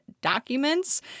documents